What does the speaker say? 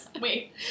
wait